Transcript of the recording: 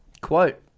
Quote